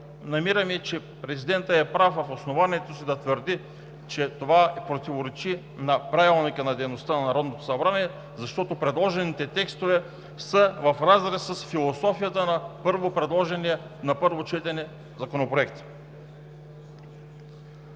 намираме, че президентът е прав в основанието си да твърди, че това противоречи на Правилника за организацията и дейността на Народното събрание, защото предложените текстове са в разрез с философията на предложения на първо четене Законопроект.